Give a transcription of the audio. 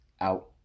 Out